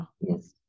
yes